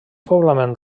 poblament